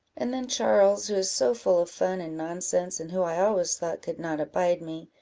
and then charles, who is so full of fun and nonsense, and who i always thought could not abide me,